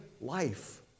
life